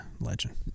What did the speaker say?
legend